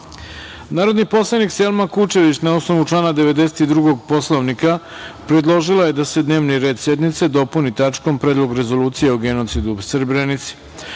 poslanik Selma Kučević, na osnovu člana 92. Poslovnika, predložila je da se dnevni red sednice dopuni tačkom – Predlog rezolucije o genocidu u Srebrenici,